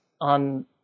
on